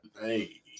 Hey